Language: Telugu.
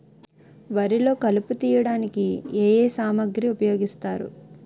వరిలో కలుపు తియ్యడానికి ఏ ఏ సామాగ్రి ఉపయోగిస్తారు?